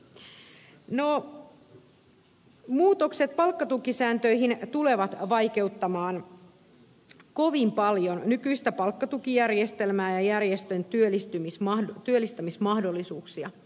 no muutokset palkkatukisääntöihin tulevat vaikeuttamaan kovin paljon nykyistä palkkatukijärjestelmää ja järjestöjen työllistämismahdollisuuksia